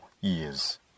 years